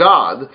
God